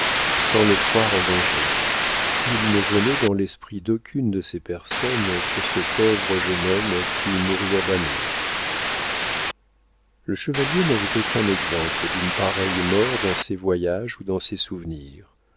sans le croire en danger il ne venait dans l'esprit d'aucune de ces personnes que ce pauvre jeune homme pût mourir d'amour le chevalier n'avait aucun exemple d'une pareille mort dans ses voyages ou dans ses souvenirs